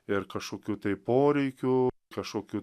ir kašokių tai poreikių kašokiu